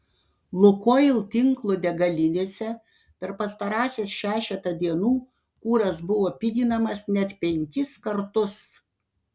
lukoil tinklo degalinėse per pastarąsias šešetą dienų kuras buvo piginamas net penkis kartus